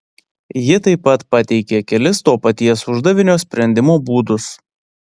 ji taip pat pateikė kelis to paties uždavinio sprendimo būdus